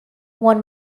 one